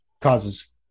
causes